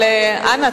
אבל אנא,